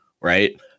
right